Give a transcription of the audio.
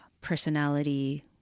personality